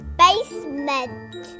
basement